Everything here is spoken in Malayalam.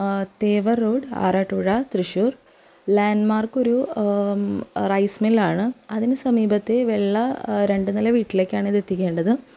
തേവർ റോഡ് ആറാട്ടുപുഴ തൃശ്ശൂർ ലാൻഡ്മാർക്ക് ഒരു റൈസ് മില്ല് ആണ് അതിന് സമീപത്തെ വെള്ള രണ്ട് നില വീട്ടിലേക്കാണ് ഇത് എത്തിക്കേണ്ടത്